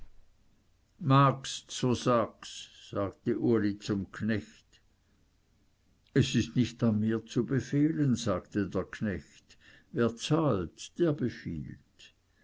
magst so sags sagte uli zum knecht es ist nicht an mir zu befehlen sagte der knecht wer zahlt der befiehlt